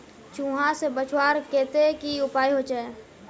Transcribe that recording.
चूहा से बचवार केते की उपाय होचे?